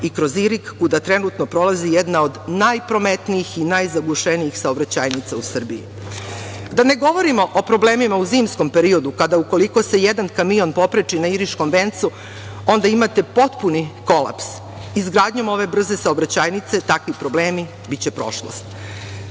i kroz Irig, kuda trenutno prolazi jedna od najprometnijih i najzagušenijih saobraćajnica u Srbiji. Da ne govorimo o problemima u zimskom periodu, kada ukoliko se jedan kamion popreči na Iriškom vencu, onda imati potpuni kolaps. Izgradnjom ove brze saobraćajnice takvi problemi biće